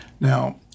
Now